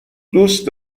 دوست